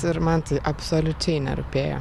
ir man tai absoliučiai nerūpėjo